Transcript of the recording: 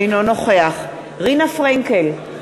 אינו נוכח רינה פרנקל,